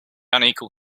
unequal